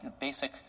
basic